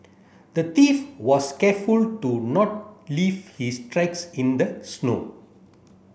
the thief was careful to not leave his tracks in the snow